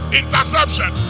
interception